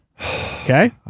Okay